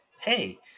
hey